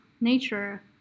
nature